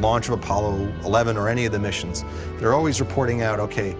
launch of apollo eleven or any of the missions they're always reporting out, okay,